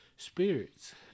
spirits